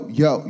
yo